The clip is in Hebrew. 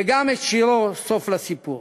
וגם את השיר "סוף לסיפור".